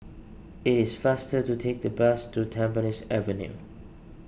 it is faster to take the bus to Tampines Avenue